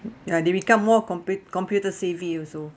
ya they become more compu~ computer savvy also